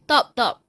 top top